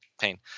pain